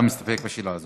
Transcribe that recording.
אתה מסתפק בשאלה הזאת.